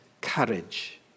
courage